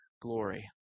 Glory